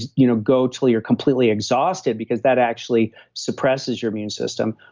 you know go till you're completely exhausted because that actually suppresses your immune system,